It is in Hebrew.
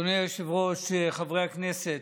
אדוני היושב-ראש, חברי הכנסת,